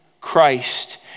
Christ